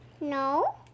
No